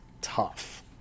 tough